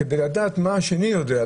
כדי לדעת מה השני לא יודע,